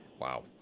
Wow